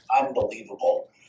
unbelievable